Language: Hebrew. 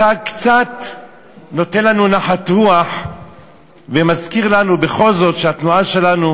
אתה קצת נותן לנו נחת רוח ומזכיר לנו בכל זאת שהתנועה שלנו,